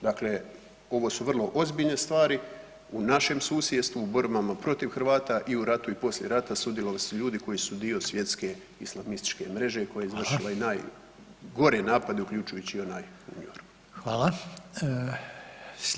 Dakle, ovo su vrlo ozbiljne stvari u našem susjedstvu, u borbama protiv Hrvata i u ratu i poslije rata sudjelovali su ljudi koji su dio svjetske islamističke mreže koje je izvršila i [[Upadica: Hvala.]] najgore napade, uključujući i onaj u New Yorku.